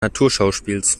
naturschauspiels